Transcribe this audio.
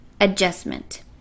adjustment